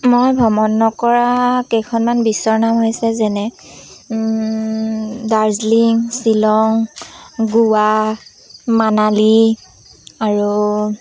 মই ভ্ৰমণ নকৰা কেইখনমান বিশ্বৰ নাম হৈছে যেনে দাৰ্জিলিং শ্বিলং গোৱা মানালী আৰু